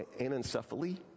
anencephaly